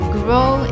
grow